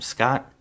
Scott